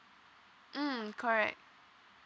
mm correct